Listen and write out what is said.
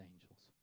angels